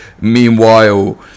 Meanwhile